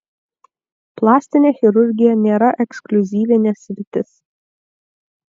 plastinė chirurgija nėra ekskliuzyvinė sritis